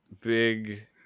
big